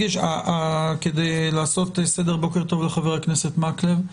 בוקר טוב לחבר הכנסת מקלב.